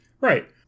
Right